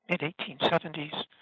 mid-1870s